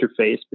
interface